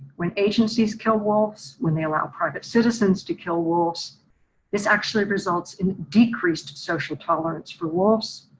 when agencies kill wolves, when they allow private citizens to kill wolves this actually results in decreased social tolerance for wolves,